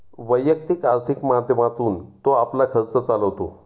वैयक्तिक आर्थिक माध्यमातून तो आपला खर्च चालवतो